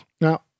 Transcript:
Now